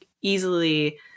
easily